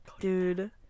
Dude